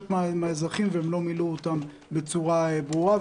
מהאזרחים והם לא מילאו אותן בצורה ברורה.